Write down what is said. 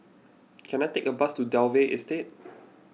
can I take a bus to Dalvey Estate